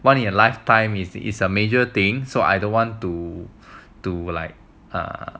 once in a lifetime is is a major thing so I don't want to to like err